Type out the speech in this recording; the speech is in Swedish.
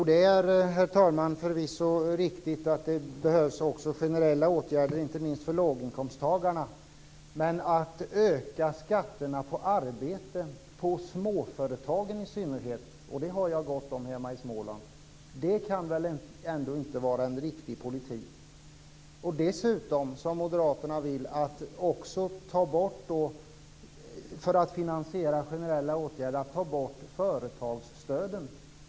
Herr talman! Det är förvisso riktigt att det behövs generella åtgärder, inte minst för låginkomsttagarna. Men att öka skatterna på arbete hos i synnerhet småföretagen - och sådana finns det gott om hemma i Småland - kan inte vara en riktig politik. Moderaterna vill för att finansiera generella åtgärder ta bort företagsstöden.